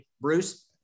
Bruce